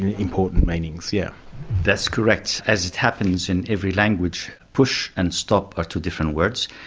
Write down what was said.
important meanings. yeah that's correct. as it happens in every language, push and stop are two different words.